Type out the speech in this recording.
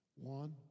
One